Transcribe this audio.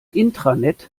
intranet